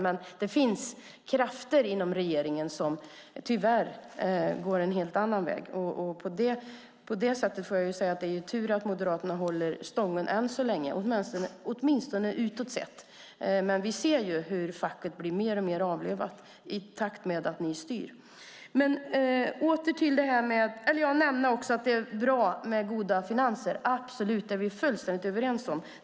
Men det finns krafter inom regeringen som tyvärr går en helt annan väg. På det sättet får jag säga att det är tur att Moderaterna än så länge håller dem stången, åtminstone utåt sett. Men vi ser hur facket blir mer och mer avlövat i takt med att ni styr. Jag ska också nämna att det är bra med goda finanser. Det är vi fullständigt överens om.